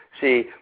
See